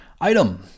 Item